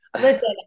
Listen